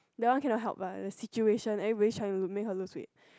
that one cannot help one the situation everybody trying to make her lose weight